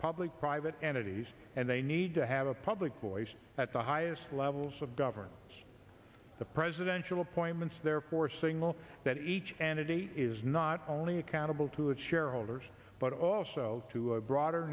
public private entities and they need to have a public voice at the highest levels of government the presidential power therefore single that each entity is not only accountable to its shareholders but also to a broader